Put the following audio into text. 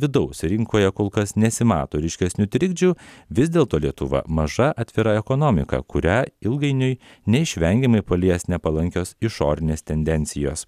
vidaus rinkoje kol kas nesimato ryškesnių trikdžių vis dėlto lietuva maža atvira ekonomika kurią ilgainiui neišvengiamai palies nepalankios išorinės tendencijos